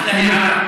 תענה לי.